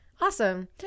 Awesome